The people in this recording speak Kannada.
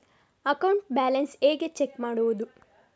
ಅಕೌಂಟ್ ಬ್ಯಾಲೆನ್ಸ್ ಹೇಗೆ ಚೆಕ್ ಮಾಡುವುದು?